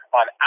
on